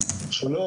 שמח.